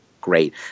great